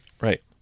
right